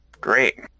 Great